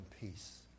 peace